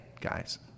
guys